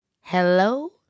Hello